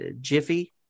jiffy